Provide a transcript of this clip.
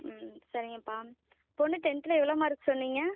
ம் சரிங்கப்பா பொண்ணு டென்த்தில் எவ்வளோ மார்க் சொன்னீங்க